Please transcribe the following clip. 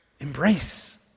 Embrace